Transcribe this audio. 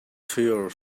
tear